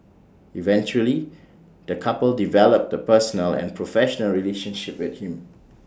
eventually the couple developed A personal and professional relationship with him